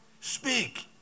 Speak